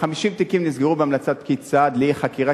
כ-50 תיקים נסגרו בהמלצת פקיד סעד לאי-חקירה,